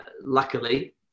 luckily